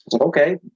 okay